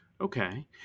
Okay